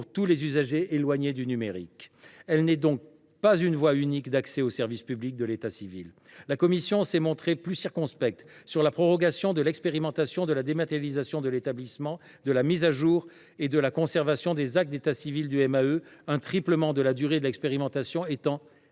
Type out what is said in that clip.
pour tous les usagers éloignés du numérique. Elle n’est donc pas une voie unique d’accès au service public de l’état civil. La commission s’est montrée plus circonspecte quant à la prorogation de l’expérimentation de la dématérialisation de l’établissement, de la mise à jour et de la conservation des actes d’état civil du MEAE, le triplement de la durée de l’expérimentation étant